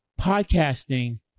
podcasting